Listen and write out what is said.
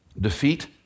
Defeat